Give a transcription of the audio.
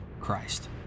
Christ